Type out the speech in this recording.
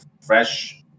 fresh